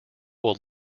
will